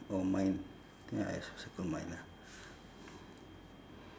or mine I think I also circle mine ah